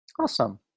awesome